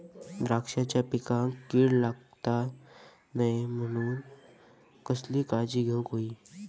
द्राक्षांच्या पिकांक कीड लागता नये म्हणान कसली काळजी घेऊक होई?